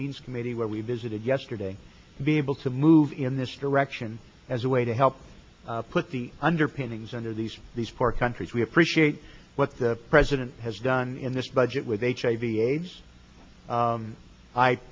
means committee where we visited yesterday be able to move in this direction as a way to help put the underpinnings under these these poor countries we appreciate what the president has done in this budget with hiv aids